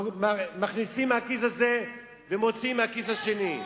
מכניסים מהכיס הזה ומוציאים מהכיס השני.